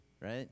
right